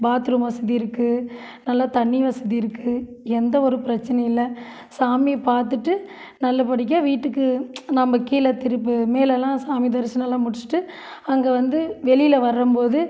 bathroom வசதி இருக்கு நல்லா தண்ணி வசதி இருக்கு எந்த ஒரு பிரச்சனை இல்லை சாமி பார்த்துட்டு நல்லபடிக்காக வீட்டுக்கு நம்ப கீழே திருப்ப மேலேலாம் சாமி தரிசனம்லாம் முடிச்சிவிட்டு அங்கே வந்து வெளியில வரம்போது